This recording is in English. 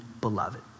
beloved